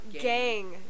Gang